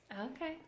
Okay